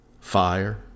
fire